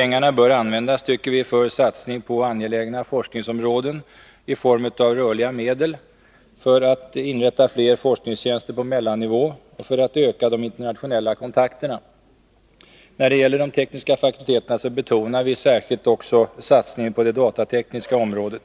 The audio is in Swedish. Pengarna bör användas för satsning på angelägna forskningsområden i form av rörliga medel, för att inrätta fler forskningstjänster på mellannivå och för att öka de internationella kontakterna. När det gäller de tekniska fakulteterna betonar vi särskilt satningen på det datatekniska området.